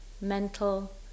mental